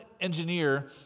engineer